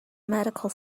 medical